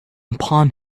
upon